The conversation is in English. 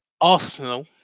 Arsenal